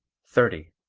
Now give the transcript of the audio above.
thirty